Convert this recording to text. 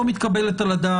היא לא מתקבלת על הדעת,